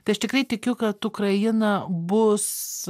tai aš tikrai tikiu kad ukraina bus